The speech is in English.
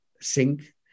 sink